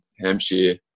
Hampshire